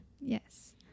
Yes